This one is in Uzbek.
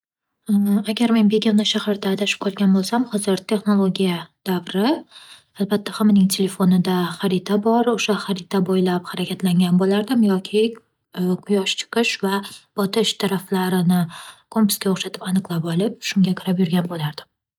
Agar men begona shaharda adashib qolgan bo'lsam, hozir texnologiya davri. Albatta, hammaning telefonida xarita bor. O'sha xarita bo'ylab harakatlangan bo'lardim yoki quyosh chiqish va botish taraflarini kompasga o'xshatib aniqlab olib va shunga qarab yurgan bo'lardim.